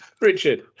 Richard